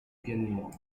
pianura